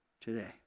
today